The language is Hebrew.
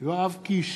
יואב קיש,